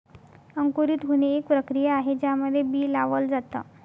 अंकुरित होणे, एक प्रक्रिया आहे ज्यामध्ये बी लावल जाता